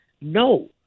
No